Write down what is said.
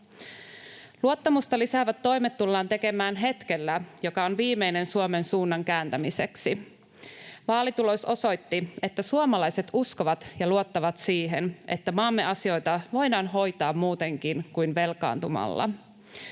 Luottamusta lisäävät toimet tullaan tekemään hetkellä, joka on viimeinen Suomen suunnan kääntämiseksi. Vaalitulos osoitti, että suomalaiset uskovat ja luottavat siihen, että maamme asioita voidaan hoitaa muutenkin kuin velkaantumalla.